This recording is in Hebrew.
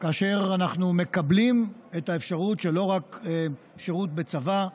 ואנחנו מקבלים את האפשרות של לא רק שירות בצבא,